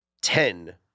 ten